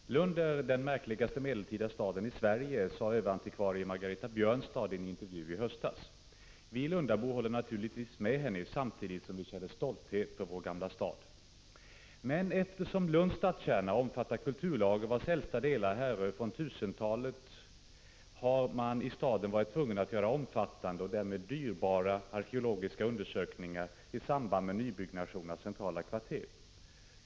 Prot. 1985/86:50 Herr talman! Lund är den märkligaste medeltida staden i Sverige, sade 12 december 1985 överantikvarie Margareta Björnstad i en intervju i höstas. Vi lundabor håller == 54 naturligtvis med henne, samtidigt som vi är stolta över vår gamla stad. Men eftersom Lunds stadskärna omfattar kulturlager, vilkas äldsta delar härör från 1000-talet, har man i staden varit tvungen att göra omfattande och därmed också dyrbara arkeologiska undersökningar i samband med nybyggnation av centrala kvarter.